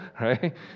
right